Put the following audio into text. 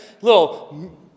little